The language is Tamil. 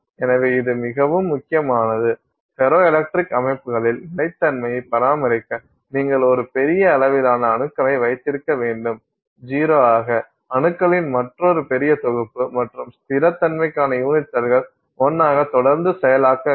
எனவே இது மிகவும் முக்கியமானது ஃபெரோ எலக்ட்ரிக் அமைப்புகளில் நிலைத்தன்மையை பராமரிக்க நீங்கள் ஒரு பெரிய அளவிலான அணுக்களை வைத்திருக்க வேண்டும் 0 ஆக அணுக்களின் மற்றொரு பெரிய தொகுப்பு மற்றும் ஸ்திரத்தன்மைக்கான யூனிட் செல்கள் 1 ஆக தொடர்ந்து செயலாக்க வேண்டும்